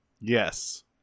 Yes